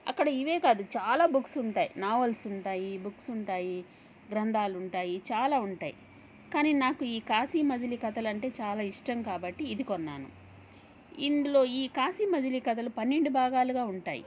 అక్కడ ఇవే కాదు చాలా బుక్స్ ఉంటాయి నావల్స్ ఉంటాయి బుక్స్ ఉంటాయి గ్రంథాలు ఉంటాయి చాలా ఉంటాయి కానీ నాకు ఈ కాశీ మజిలీ కథలు అంటే చాలా ఇష్టం కాబట్టి ఇది కొన్నాను ఇందులో ఈ కాశీ మజిలీ కథలు పన్నెండు భాగాలుగా ఉంటాయి